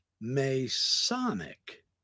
Masonic